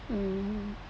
mm